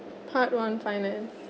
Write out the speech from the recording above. part one finance